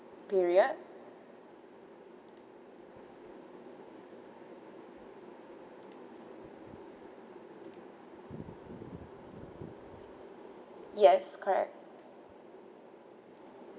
period yes correct